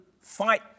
fight